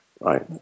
Right